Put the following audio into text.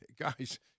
Guys